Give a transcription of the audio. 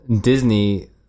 disney